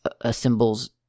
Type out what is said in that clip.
assembles